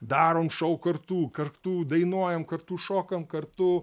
darom šou kartu kartu dainuojam kartu šokam kartu